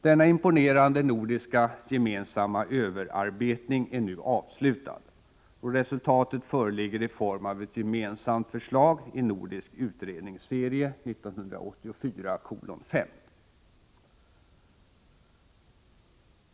Denna imponerande nordiska gemensamma överarbetning är nu avslutad. Resultatet föreligger i form av ett gemensamt förslag i Nordisk utredningsserie 1984:5.